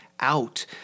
out